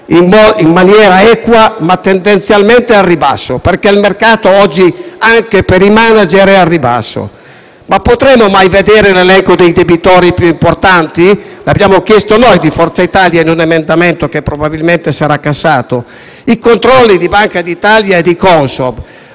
in maniera equa, ma tendenzialmente al ribasso, dato che oggi il mercato è al ribasso anche per i *manager*. Potremo mai vedere l'elenco dei debitori più importanti? Lo abbiamo chiesto noi di Forza Italia con un emendamento che probabilmente sarà cassato. Sui controlli di Banca d'Italia e Consob